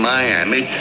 Miami